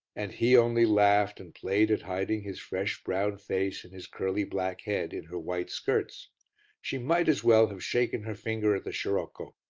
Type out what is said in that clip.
and he only laughed and played at hiding his fresh brown face and his curly black head in her white skirts she might as well have shaken her finger at the scirocco.